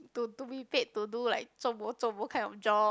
to be paid to do like zo bo zo bo kind of job